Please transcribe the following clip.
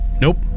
Nope